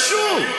אבל מה זה קשור?